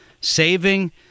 Saving